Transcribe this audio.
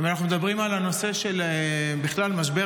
אם אנחנו מדברים על הנושא של בכלל משבר